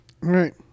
Right